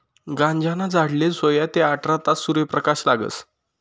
गांजाना झाडले सोया ते आठरा तास सूर्यप्रकाश लागस